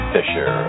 Fisher